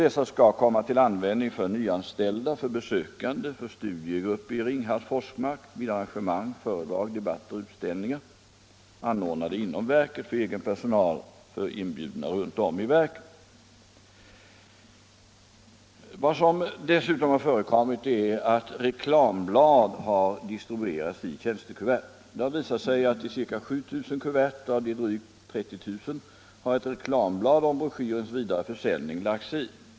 Dessa skall komma till användning genom utdelning till nyanställda, besökande, studiegrupper i Ringhals och Forsmark samt vid arrangemang, föredrag, debatter och utställningar, anordnade inom verket och för dess egen personal, för inbjudna och runt om i verket. Vad som dessutom har förekommit är att ett reklamblad har distribueratsi tjänstekuvert. Det har visat sig att i ca 7 000 kuvert av de drygt 30 000 har ett reklamblad om broschyrens vidare försäljning lagts in.